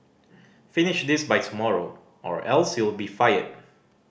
finish this by tomorrow or else you'll be fired